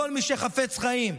מכל מי שחפץ חיים.